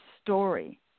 story